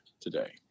today